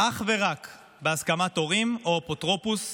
אך ורק בהסכמת הורים או אפוטרופוס.